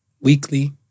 weekly